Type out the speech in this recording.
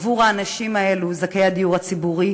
עבור האנשים האלו, זכאי הדיור הציבורי,